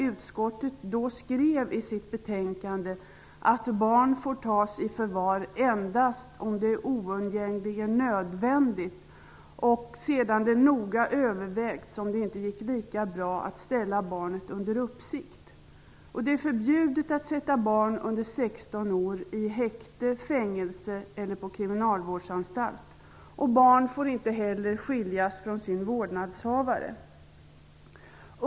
Utskottet skrev då i betänkandet att barn får tas i förvar endast om det är oundgängligen nödvändigt och sedan det noga övervägts om det inte går lika bra att ställa barnet under uppsikt. Det är förbjudet att sätta barn under 16 år i häkte, fängelse eller på kriminalvårdsanstalt. Barn får inte heller skiljas från sin vårdnadshavare.